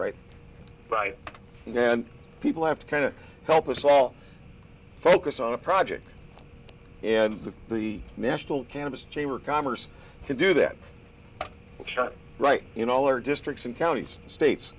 right right now and people have to kind of help us all focus on a project and the national cannabis chamber of commerce to do that right in all our districts and counties states